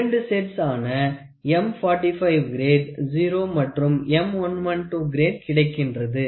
இரண்டு செட்ஸ் ஆன M 45 grade 0 மற்றும் M 112 கிரேட் கிடைக்கின்றது